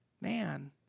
Man